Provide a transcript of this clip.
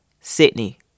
Sydney